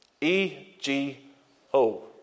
E-G-O